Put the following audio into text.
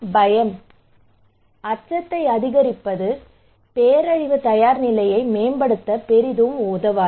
பயம் அச்சத்தை அதிகரிப்பது பேரழிவு தயார்நிலையை மேம்படுத்த பெரிதும் உதவாது